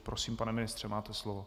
Prosím, pane ministře, máte slovo.